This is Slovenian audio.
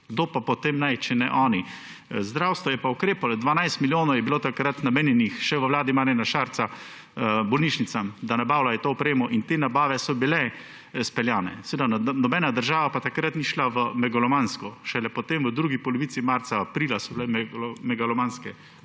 Kdo pa potem naj, če ne oni? Zdravstvo je pa ukrepalo, 12 milijonov je bilo takrat namenjenih še v vladi Marjana Šarca bolnišnicam, da nabavljajo to opremo, in te nabave so bile izpeljane. Nobena država pa takrat ni šla v megalomansko, šele potem v drugi polovici marca, aprila so bile megalomanske